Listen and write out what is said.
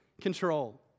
control